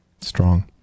Strong